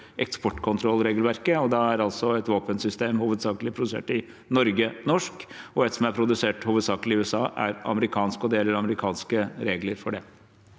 eksportkontrollregelverket. Da er altså et våpensystem hovedsakelig produsert i Norge, norsk, og et som er produsert hovedsakelig USA, er amerikansk, og det gjelder amerikanske regler for det.